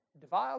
Deviled